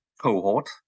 cohort